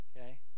okay